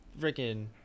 freaking